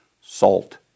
salt